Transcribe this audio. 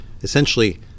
essentially